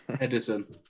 Edison